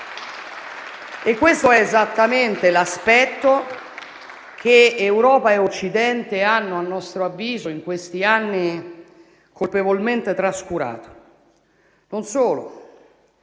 Questo è esattamente l'aspetto che Europa e Occidente hanno, a nostro avviso, in questi anni colpevolmente trascurato. Non solo;